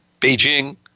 Beijing